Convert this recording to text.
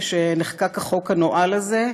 כאשר נחקק החוק הנואל הזה,